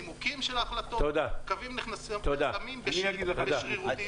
נימוקים של ההחלטות, וקווים נחסמים בשרירותיות.